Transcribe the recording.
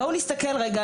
בואו נסתכל רגע.